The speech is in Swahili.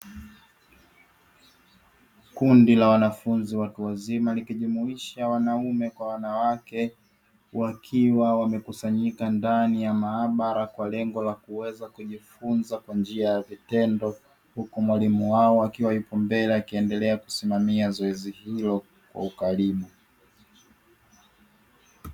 Kundi la wanafunzi watu wazima likijumuisha wanaume kwa wanawake, wakiwa wamekusanyika ndani ya maabara kwa lengo la kuweza kujifunza kwa njia ya vitendo; huku mwalimu wao akiwa yuko mbele akiendelea kusimamia zoezi hilo kwa ukaribu.